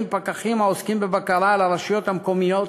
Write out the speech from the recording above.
פקחים העוסקים בבקרה על הרשויות המקומיות